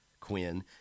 Quinn